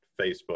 Facebook